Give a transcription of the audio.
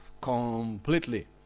Completely